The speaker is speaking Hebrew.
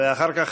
ואחר כך,